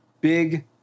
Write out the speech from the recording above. big